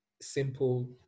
simple